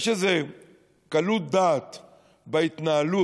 יש איזה קלות דעת בהתנהלות,